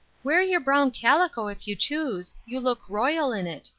wear your brown calico, if you choose you look royal in it,